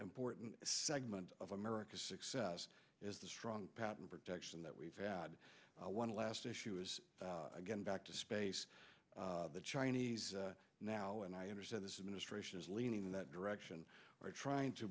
important segment of america success is the strong patent protection that we've had one last issue is again back to space the chinese now and i understand this administration is leaning in that direction trying to